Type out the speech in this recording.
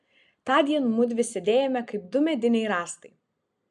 tądien mudvi sėdėjome kaip du mediniai rąstai